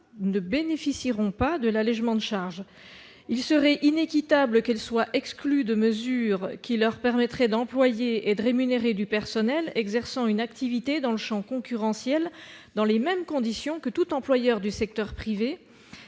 ne bénéficieront pas de l'allégement de charges. Il serait inéquitable qu'elles soient exclues du bénéfice de mesures dont l'application leur permettrait d'employer et de rémunérer du personnel exerçant une activité dans le champ concurrentiel dans les mêmes conditions que tout employeur du secteur privé